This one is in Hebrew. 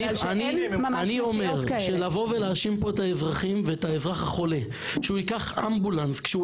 לבוא ולהאשים כאן את האזרחים ואת האזרח החולה שהוא ייקח אמבולנס כשהוא